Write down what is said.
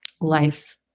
life